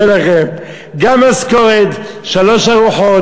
אני אומר לכם: גם משכורת, שלוש ארוחות.